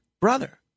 brother